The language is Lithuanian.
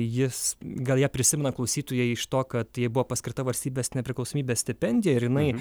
jis gal ją prisimena klausytojai iš to kad jai buvo paskirta valstybės nepriklausomybės stipendija ir jinai